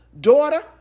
daughter